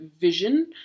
vision